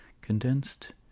condensed